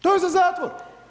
To je za zatvor.